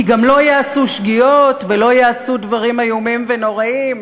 כי גם לא ייעשו שגיאות ולא ייעשו דברים איומים ונוראים.